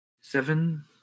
seven